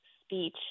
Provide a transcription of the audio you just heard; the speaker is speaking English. speech